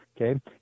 okay